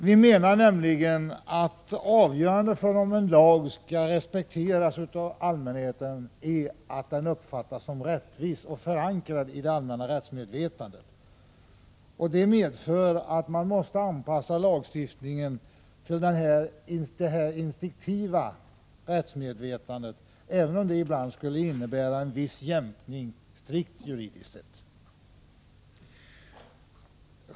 Vi menar nämligen att det avgörande för om en lag skall respekteras av allmänheten är att den uppfattas som rättvis och förankrad i det allmänna rättsmedvetandet, vilket innebär att man måste anpassa lagstiftningen till det instinktiva rättsmedvetandet, även om detta ibland skulle innebära en viss jämkning, sett strikt juridiskt.